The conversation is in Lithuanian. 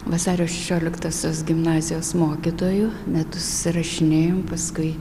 vasario šešioliktosios gimnazijos mokytoju metus susirašinėjom paskui